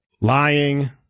lying